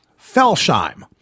Felsheim